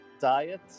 diet